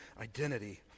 identity